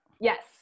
Yes